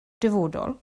dyfodol